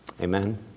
Amen